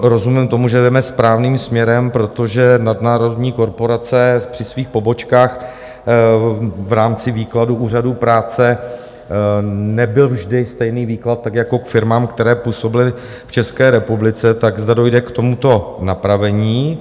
Rozumím tomu, že jdeme správným směrem, protože nadnárodní korporace při svých pobočkách v rámci výkladu úřadů práce... nebyl vždy stejný výklad, tak jako k firmám, které působily v České republice, tak zda dojde k tomuto napravení.